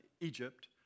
Egypt